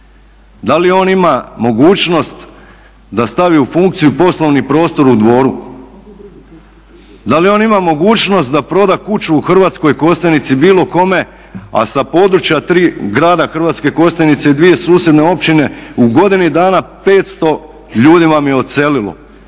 Da li on ima mogućnost da stavi u funkciju poslovni prostor u Dvoru? Da li on ima mogućnost da proda kuću u Hrvatskoj Kostajnici bilo kome, a sa područja grada Hrvatske Kostajnice i dvije susjedne općine u godini dana 500 ljudi vam je odselilo